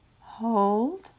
hold